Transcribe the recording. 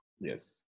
Yes